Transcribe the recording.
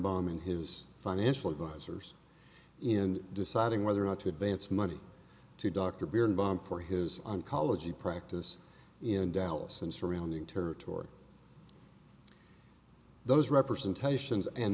bombing his financial advisors in deciding whether or not to advance money to dr baird bomb for his i'm college the practice in dallas and surrounding territory those representations and